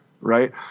right